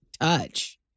touch